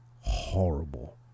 horrible